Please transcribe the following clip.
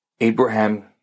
Abraham